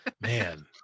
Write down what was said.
man